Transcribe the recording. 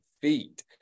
feet